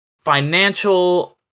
financial